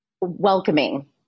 welcoming